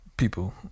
people